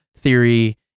theory